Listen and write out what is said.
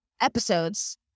episodes